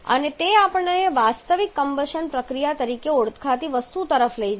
અને તે આપણને વાસ્તવિક કમ્બશન પ્રક્રિયા તરીકે ઓળખાતી વસ્તુ તરફ લઈ જાય છે